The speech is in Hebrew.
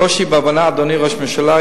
קושי בהבנה, אדוני ראש הממשלה.